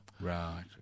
Right